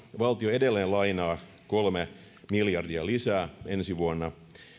valtio edelleen lainaa kolme miljardia lisää ensi vuonna